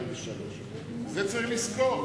2002, 2003. את זה צריך לזכור.